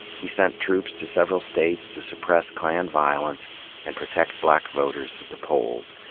he sent troops to several states to suppress klan violence and protect black voters at the polls.